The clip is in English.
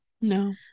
No